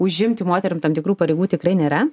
užimti moterim tam tikrų pareigų tikrai nėra